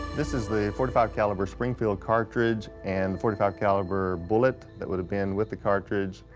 this is the forty five caliber springfield cartridge and forty five caliber bullet that would have been with the cartridge,